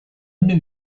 new